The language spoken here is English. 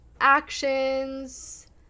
actions